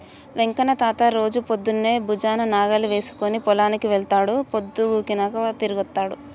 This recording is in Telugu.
వెంకన్న తాత రోజూ పొద్దన్నే భుజాన నాగలి వేసుకుని పొలానికి వెళ్తాడు, పొద్దుగూకినాకే తిరిగొత్తాడు